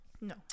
No